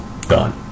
done